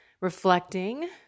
reflecting